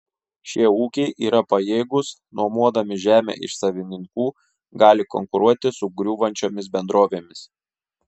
šie ūkiai yra pajėgūs nuomodami žemę iš savininkų gali konkuruoti su griūvančiomis bendrovėmis